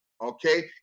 okay